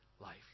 life